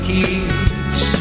Keys